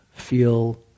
feel